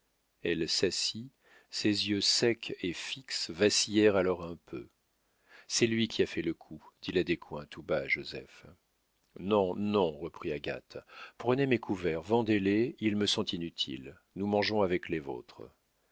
elle s'assit ses yeux secs et fixes vacillèrent alors un peu c'est lui qui a fait le coup dit la descoings tout bas à joseph non non reprit agathe prenez mes couverts vendez les ils me sont inutiles nous mangerons avec les vôtres